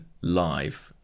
live